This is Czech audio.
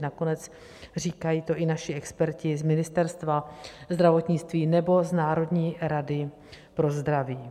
Nakonec říkají to i naši experti z Ministerstva zdravotnictví nebo z Národní rady pro zdraví.